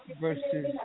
versus